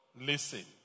listen